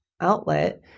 outlet